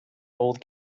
old